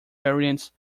variants